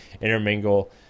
intermingle